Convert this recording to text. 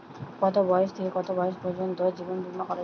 কতো বয়স থেকে কত বয়স পর্যন্ত জীবন বিমা করা যায়?